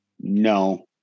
No